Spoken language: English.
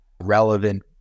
relevant